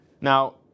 Now